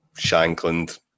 shankland